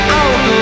out